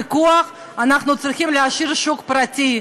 אנחנו צריכים להשאיר שוק פרטי.